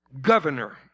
governor